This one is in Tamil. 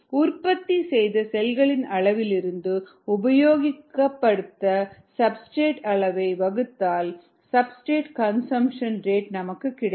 உற்பத்தி செய்த செல்களின் அளவிலிருந்து உபயோகப்படுத்தப்பட்ட சப்ஸ்டிரேட் அளவை வகுத்தால் சப்ஸ்டிரேட் கன்சம்ப்ஷன் ரேட் நமக்கு கிடைக்கும்